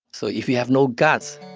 so if you have no guts,